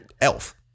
Elf